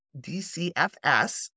DCFS